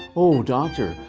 oh, doctor,